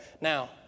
Now